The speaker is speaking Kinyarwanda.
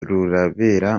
rurabera